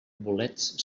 bolets